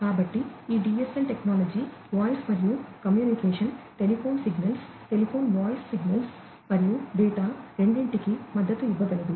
కాబట్టి ఈ DSL technology voice వంటి communication telephone signals telephone voice signals మరియు డేటా రెండింటికి మద్దతు ఇవ్వగలదు